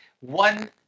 one